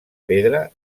pedra